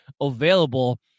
available